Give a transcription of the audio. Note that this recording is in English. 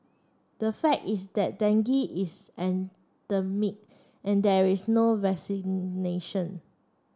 the fact is that dengue is endemic and there is no